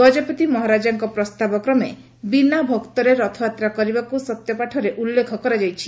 ଗଜପତି ମହାରାଜାଙ୍କ ପ୍ରସ୍ତାବ କ୍ରମେ ବିନା ଭକ୍ତରେ ରଥଯାତ୍ରା କରିବାକୁ ସତ୍ୟପାଠରେ ଉଲ୍ଲେଖ କରାଯାଇଛି